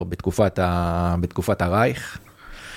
או בתקופת הרייך.